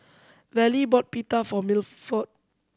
Vallie bought Pita for Milford